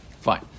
Fine